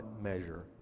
measure